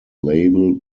label